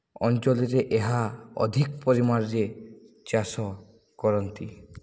ଅଞ୍ଚଳରେ ଏହା ଅଧିକ ପରିମାଣରେ ଚାଷ କରନ୍ତି